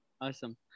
awesome